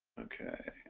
okay